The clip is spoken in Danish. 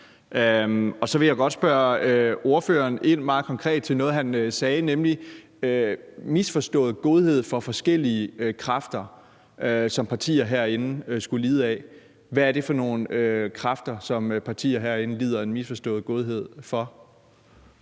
Så vil jeg godt spørge ordføreren meget konkret ind til noget, han sagde om misforstået godhed over for forskellige kræfter, som partier herinde skulle lide af. Hvad er det for nogle kræfter, som partier herinde lider af en misforstået godhed for?